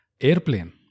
Airplane